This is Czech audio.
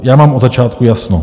Já mám od začátku jasno.